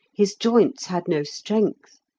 his joints had no strength,